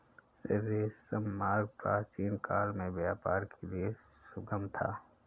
रेशम मार्ग प्राचीनकाल में व्यापार के लिए सुगम था